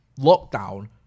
lockdown